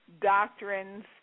doctrines